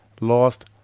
lost